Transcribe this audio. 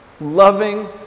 loving